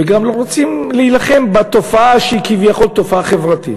וגם לא רוצים להילחם בתופעה שהיא כביכול תופעה חברתית.